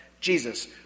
Jesus